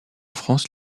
france